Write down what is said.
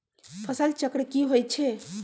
फसल चक्र की होई छै?